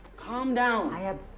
calm down. i have